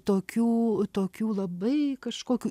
tokių tokių labai kažkokių